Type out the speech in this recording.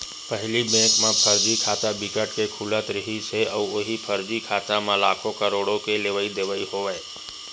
पहिली बेंक म फरजी खाता बिकट के खुलत रिहिस हे अउ उहीं फरजी खाता म लाखो, करोड़ो के लेवई देवई होवय